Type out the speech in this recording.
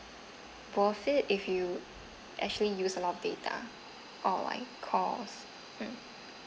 worth it if you actually use a lot of data or like calls mm